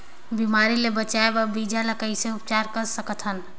बिमारी ले बचाय बर बीजा ल कइसे उपचार कर सकत हन?